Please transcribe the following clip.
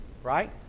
Right